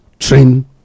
Train